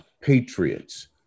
patriots